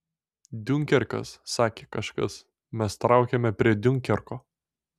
diunkerkas sakė kažkas mes traukiame prie diunkerko